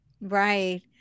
Right